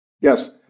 Yes